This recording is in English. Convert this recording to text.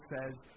says